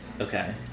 Okay